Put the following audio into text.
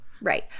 right